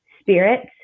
spirits